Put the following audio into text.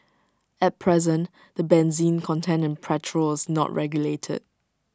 at present the benzene content in petrol is not regulated